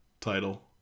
title